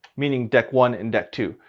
meaning deck one and deck two.